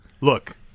Look